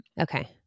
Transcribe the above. Okay